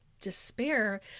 despair